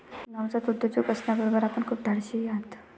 नवजात उद्योजक असण्याबरोबर आपण खूप धाडशीही आहात